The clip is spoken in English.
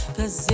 Cause